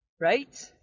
Right